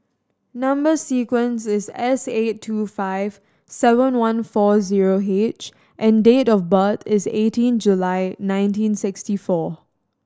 number sequence is S eight two five seven one four zero H and date of birth is eighteen July nineteen sixty four